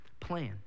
plan